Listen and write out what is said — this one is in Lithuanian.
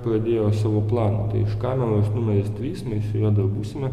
pradėjo savo planą tai iš kameros numeris trys mes su juo dar būsime